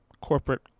corporate